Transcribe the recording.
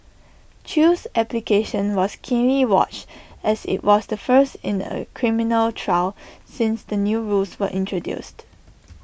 chew's application was keenly watched as IT was the first in A criminal trial since the new rules were introduced